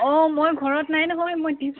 অ মই ঘৰত নাই নহয় মই